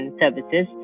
services